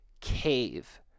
cave